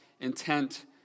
intent